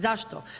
Zašto?